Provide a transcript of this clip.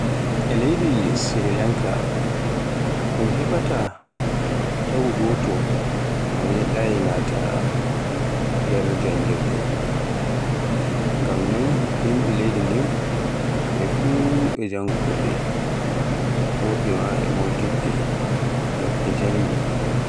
E leydi Sri Lenka, un heɓaata taagu goto mo meɗaayi nataa janngirde, ngam non yimɓe ɓe leydi ndin fuf ɓe jangowoɓe woɓɓe maa ɓe modiɓɓe ngam ɓe janngi.